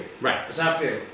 Right